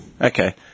Okay